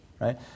right